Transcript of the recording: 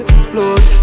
explode